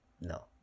no